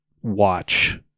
watch